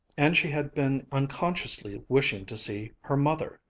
and she had been unconsciously wishing to see her mother!